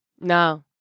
No